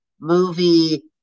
movie